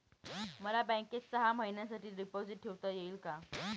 मला बँकेत सहा महिन्यांसाठी डिपॉझिट ठेवता येईल का?